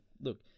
Look